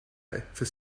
for